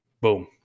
boom